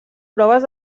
proves